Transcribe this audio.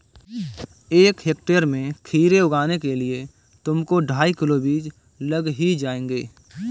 एक हेक्टेयर में खीरे उगाने के लिए तुमको ढाई किलो बीज लग ही जाएंगे